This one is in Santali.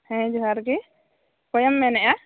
ᱦᱮᱸ ᱡᱚᱦᱟᱨ ᱜᱮ ᱚᱠᱚᱭᱮᱢ ᱢᱮᱱᱮᱫᱼᱟ